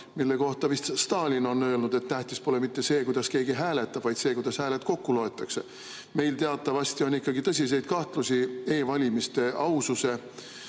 mille kohta vist Stalin on öelnud, et tähtis pole mitte see, kuidas keegi hääletab, vaid see, kuidas hääled kokku loetakse. Meil teatavasti on ikkagi tõsiseid kahtlusi e‑valimiste aususe